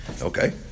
Okay